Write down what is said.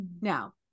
Now